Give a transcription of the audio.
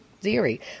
theory